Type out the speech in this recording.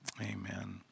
amen